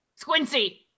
Squincy